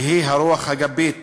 והיא הרוח הגבית